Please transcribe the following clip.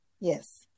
Yes